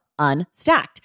Unstacked